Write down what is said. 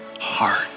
heart